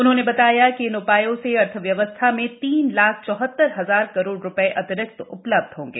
उन्होंने बताया कि इन उपायों से अर्थव्यवस्था में तीन लाख चौहत्तर हजार करोड़ रुपये अतिरिक्त उपलब्ध होंगे